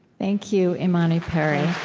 thank you, imani perry